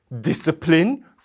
discipline